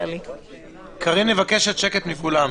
קארין מבקשת שקט מכולם.